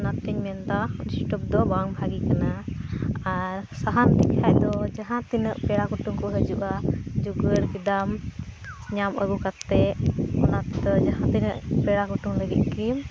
ᱚᱱᱟᱛᱮᱧ ᱢᱮᱱᱮᱫᱟ ᱥᱴᱳᱵᱷ ᱫᱚ ᱵᱟᱝ ᱵᱷᱟᱜᱮ ᱠᱟᱱᱟ ᱟᱨ ᱥᱟᱦᱟᱱᱛᱮ ᱠᱷᱟᱡᱫᱚ ᱡᱟᱦᱟᱸᱛᱤᱱᱟᱹᱜ ᱯᱮᱲᱟᱼᱠᱩᱴᱩᱢᱠᱚ ᱦᱟᱹᱡᱩᱜᱼᱟ ᱡᱩᱜᱟᱹᱲ ᱠᱮᱫᱟᱢ ᱧᱟᱢ ᱟᱹᱜᱩ ᱠᱟᱛᱮᱫ ᱚᱱᱟᱛᱮᱫᱚ ᱡᱟᱦᱟᱸ ᱛᱤᱱᱟᱹᱜ ᱯᱮᱲᱟᱼᱠᱩᱴᱩᱢ ᱞᱟᱹᱜᱤᱫᱜᱮ